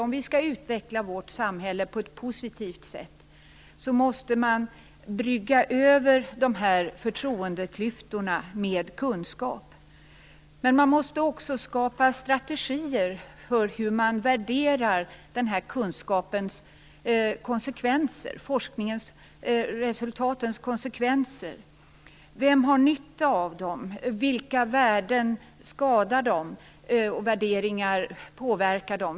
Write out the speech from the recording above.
Om vi skall utveckla vårt samhälle på ett positivt sätt måste dessa förtroendeklyftor bryggas över med kunskap. Men man måste också skapa strategier för hur den här kunskapens, forskningsresultatens, konsekvenser skall värderas. Vem har nytta av dem? Vilka värden skadar de? Vilka värderingar påverkar de?